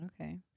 Okay